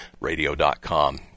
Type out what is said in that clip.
radio.com